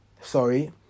sorry